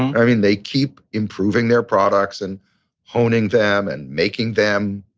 i mean they keep improving their products and honing them and making them.